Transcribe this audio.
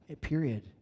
period